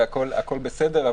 והכל בסדר.